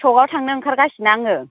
सकआव थांनो ओंखारगासिनो आङो